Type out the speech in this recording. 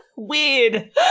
Weird